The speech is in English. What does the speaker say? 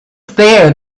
there